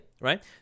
right